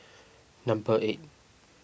number eight